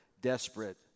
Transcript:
desperate